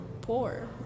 Poor